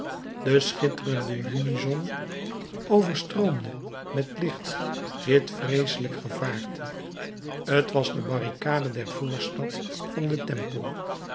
de schitterende junizon overstroomde met licht dit vreeselijk gevaarte t was de barricade der voorstad van den tempel